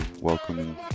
welcoming